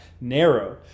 narrow